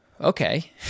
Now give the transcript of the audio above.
Okay